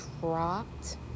dropped